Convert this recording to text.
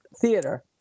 Theater